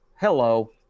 Hello